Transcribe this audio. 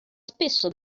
spesso